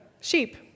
sheep